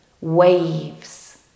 Waves